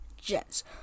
Jets